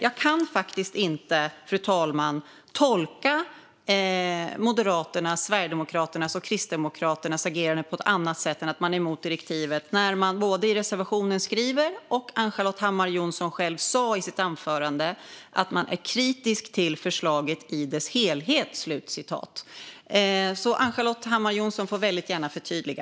Jag kan faktiskt inte, fru talman, tolka Moderaternas, Sverigedemokraternas och Kristdemokraternas agerande på något annat sätt än att man är emot direktivet när man både i reservationen skriver och Ann-Charlotte Hammar Johnsson själv säger i sitt anförande att man är kritisk till förslaget i dess helhet. Ann-Charlotte Hammar Johnsson får därför väldigt gärna förtydliga.